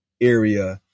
area